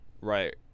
right